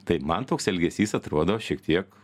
tai man toks elgesys atrodo šiek tiek